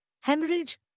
hemorrhage